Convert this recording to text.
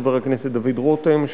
חבר הכנסת דוד רותם,